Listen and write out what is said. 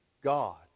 God